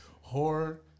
horror